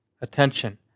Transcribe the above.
attention